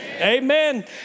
Amen